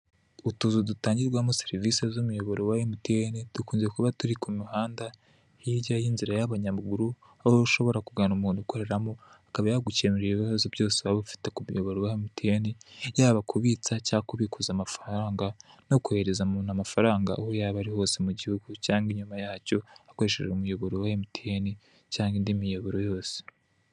Utuzu dutangirwamo serivisi n'umuyoboro wa emutiyeni dukunze kuba turi ku muhanda, hirya y'inzira y'abanyamaguru, aho ushobora kugana umuntu ukoreramo akaba yagukemurira ibibazo byose waba ufite ku muyoboro wa emutiyeni, yaba kubitsa cyangwa kubikuza amafaranga no koherereza umuntu amafaranga aho yaba ari hose mu gihugu cyangwa inyuma yacyo, akoresheje umuyoboro wa emutiyeni cyangwa indi miyoboro yose.